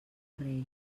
rei